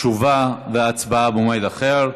תשובה והצבעה במועד אחר.